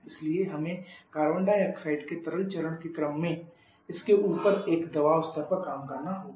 इसलिए हमें carbon dioxide के तरल चरण के क्रम में इसके ऊपर एक दबाव स्तर पर काम करना होगा